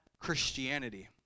Christianity